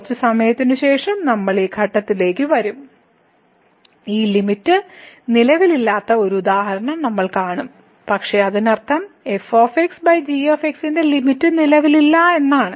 കുറച്ച് സമയത്തിന് ശേഷം നമ്മൾ ഈ ഘട്ടത്തിലേക്ക് വരും ഈ ലിമിറ്റ് നിലവിലില്ലാത്ത ഒരു ഉദാഹരണം നമ്മൾ കാണും പക്ഷേ അതിനർത്ഥം f g ന്റെ ലിമിറ്റ് നിലവിലില്ല എന്നാണ്